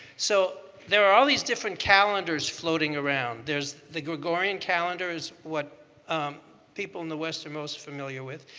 so there are all these different calendars floating around. there's the gregorian calendar is what people in the west are most familiar with.